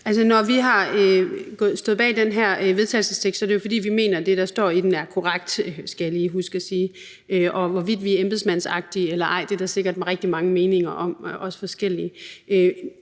Når vi har stået bag den her vedtagelsestekst, er det jo, fordi vi mener, at det, der står i den, er korrekt; det skal jeg huske at sige. Og hvorvidt vi er embedsmandsagtige eller ej, er der sikkert rigtig mange forskellige